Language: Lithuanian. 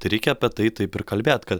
tai reikia apie tai taip ir kalbėti kad